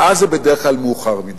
ואז זה בדרך כלל מאוחר מדי.